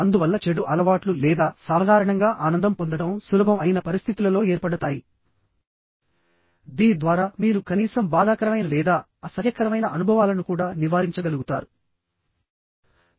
అందువల్ల చెడు అలవాట్లు లేదా సాధారణంగా ఆనందం పొందడం సులభం అయిన పరిస్థితులలో ఏర్పడతాయి దీని ద్వారా మీరు కనీసం బాధాకరమైన లేదా అసహ్యకరమైన అనుభవాలను కూడా నివారించగలుగుతారు